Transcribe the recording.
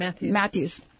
matthews